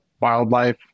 wildlife